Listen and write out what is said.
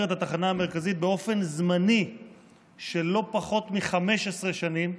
את התחנה המרכזית באופן זמני של לא פחות מ-15 שנים,